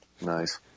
Nice